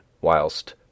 whilst